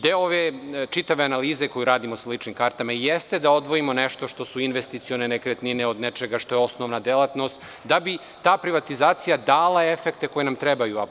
Deo ove čitave analize koju radimo sa ličnim kartama jeste da odvojimo nešto što su investicione nekretnine od nečega što je osnovna delatnost, da bi ta privatizacija dala efekte koji nam trebaju.